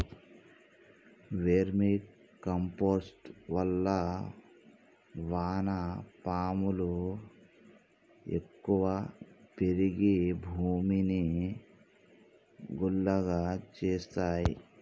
vermi compost వల్ల వాన పాములు ఎక్కువ పెరిగి భూమిని గుల్లగా చేస్తాయి